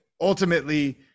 ultimately –